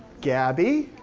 gabby,